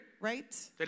right